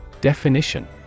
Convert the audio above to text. Definition